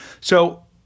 So-